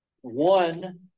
one